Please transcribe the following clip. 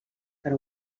per